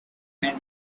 and